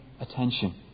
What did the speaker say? Attention